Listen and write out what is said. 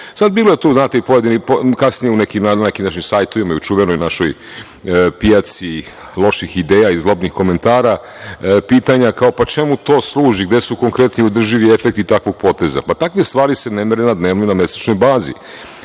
prostoru. Bilo je tu kasnije na nekim našim sajtovima i u čuvenoj našoj pijaci loših ideja i zlobnih komentara, pitanja kao – pa čemu to služi, gde su konkretni održivi efekti takvog poteza? Takve stvari se ne mere na dnevnoj i na mesečnoj bazi. Posle